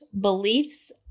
beliefs